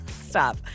Stop